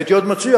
הייתי עוד מציע,